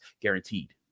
Guaranteed